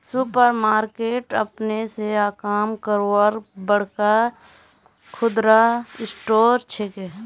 super market अपने स काम करवार बड़का खुदरा स्टोर छिके